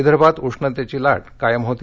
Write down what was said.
विदर्भात उष्णतेची लाट कायम होती